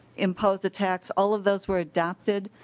impose a tax. all of those were adopted.